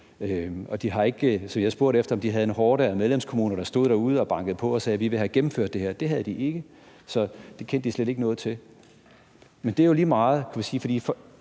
Jeg spurgte, om de havde en horde af medlemskommuner, der stod derude og bankede på og sagde: Vi vil have gennemført det her. Det havde de ikke, så det kendte de slet ikke noget til. Men det er jo lige meget, kan man sige, for